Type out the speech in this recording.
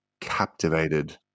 captivated